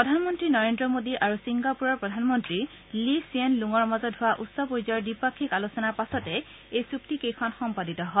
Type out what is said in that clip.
প্ৰধানমন্ত্ৰী নৰেন্দ্ৰ মোদী আৰু ছিংগাপুৰৰ প্ৰধানমন্ত্ৰী লী ছিয়েন লুঙৰ মাজত হোৱা উচ্চ পৰ্যায়ৰ দ্বিপাক্ষিক আলোচনাৰ পাছতে এই চুক্তি কেইখন সম্পাদিত হয়